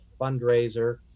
fundraiser